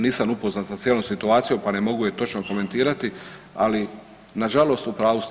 Nisam upoznat sa cijelom situacijom, pa ne mogu je točno komentirati ali na žalost u pravu ste.